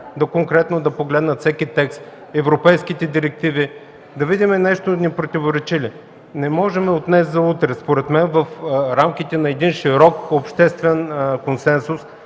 но конкретно да погледнат всеки текст, европейските директиви и да видим нещо не им ли противоречи. Не можем от днес за утре, според мен, в рамките на един широк обществен консенсус,